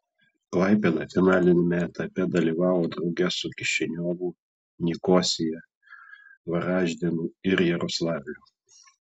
klaipėda finaliniame etape dalyvavo drauge su kišiniovu nikosija varaždinu ir jaroslavliu